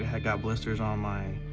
i got blisters on my